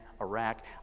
Iraq